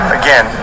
again